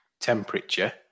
temperature